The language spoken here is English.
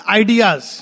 ideas